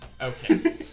Okay